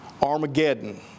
Armageddon